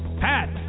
Pat